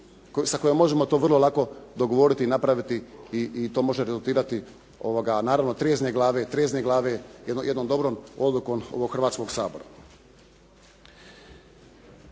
sa kojom možemo vrlo lako dogovoriti i napraviti i to može rezultirati, naravno trijezne glave jednom dobrom odlukom ovog Hrvatskog sabora.